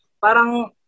parang